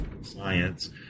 science